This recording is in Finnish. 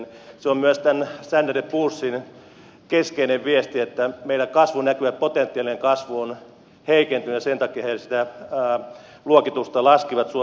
se on myös tämän standard poorsin keskeinen viesti että meillä potentiaalisen kasvun näkymät ovat heikentyneet ja sen takia he sitä luokitusta laskivat suomen osalta